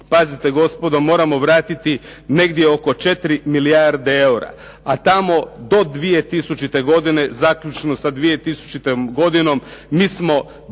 pazite gospodo, moramo vratiti negdje oko 4 milijarde eura, a tamo do 2000. godine zaključno sa 2000. godinom mi smo